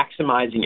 maximizing